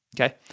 Okay